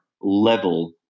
level